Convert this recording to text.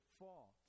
fall